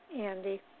Andy